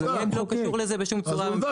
המחוקק לא קשור לזה בשום צורה --- אז עובדה